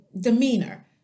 demeanor